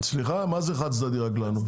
סליחה מה זה חד צדדי רק לנו?